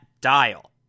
Dial